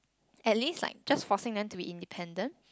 at least like just forcing them to be independent